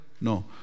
No